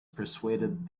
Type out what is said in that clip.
persuaded